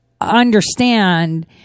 understand